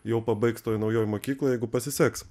jau pabaigs toj naujoj mokykloj jeigu pasiseks